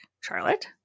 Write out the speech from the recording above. Charlotte